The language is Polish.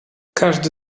każdy